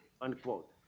unquote